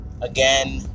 again